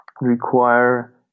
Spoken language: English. require